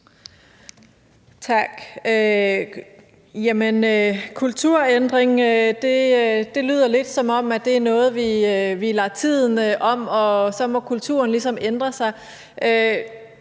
Jamen kulturændring lyder lidt, som om det er noget, vi lader tiden om – at så må kulturen ligesom